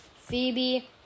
Phoebe